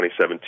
2017